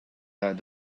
that